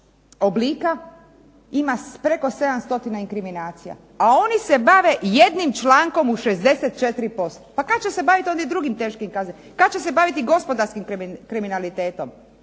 oblika ima preko 7 stotina inkriminacija, a oni se bave jednim člankom u 64%. Pa kad će se baviti onda i drugim teškim, kad će se baviti gospodarskim kriminalitetom,